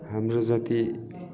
हाम्रो जति